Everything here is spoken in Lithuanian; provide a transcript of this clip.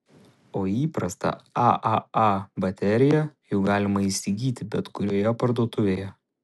o įprastą aaa bateriją juk galima įsigyti bet kurioje parduotuvėje